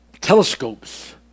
telescopes